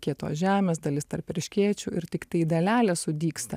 kietos žemės dalis tarp erškėčių ir tiktai dalelė sudygsta